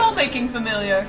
scroll-making familiar